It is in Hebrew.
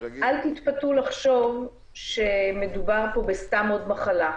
אל תתפתו לחשוב שמדובר פה בסתם עוד מחלה.